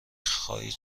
خواهد